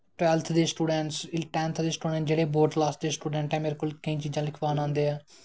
twelfth दे students tenth दे students board class दे स्टुडैंटस ऐं मेरे कोल केईं चीजां लखवान आंदे ऐं